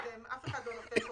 גם הטענה שלכם לא עלתה.